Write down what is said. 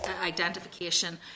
identification